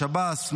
שב"ס,